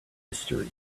mystery